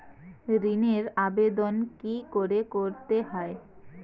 ঋণের আবেদন কি করে করতে হয়?